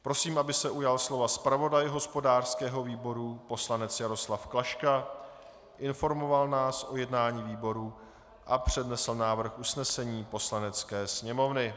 Prosím, aby se ujal slova zpravodaj hospodářského výboru poslanec Jaroslav Klaška, informoval nás o jednání výboru a přednesl návrh usnesení Poslanecké sněmovny.